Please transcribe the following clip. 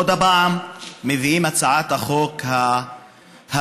עוד פעם מביאים הצעת חוק דורסנית,